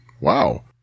Wow